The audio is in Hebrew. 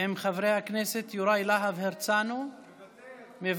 עם חבר הכנסת יוראי להב הרצנו, מוותר,